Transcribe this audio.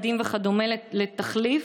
בדים וכדומה כתחליף,